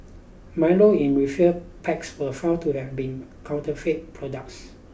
milo in refill packs were found to have been counterfeit products